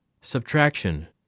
Subtraction